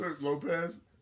Lopez